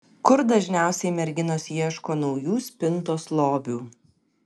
kur dažniausiai merginos ieško naujų spintos lobių